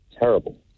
terrible